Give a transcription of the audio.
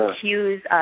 Cues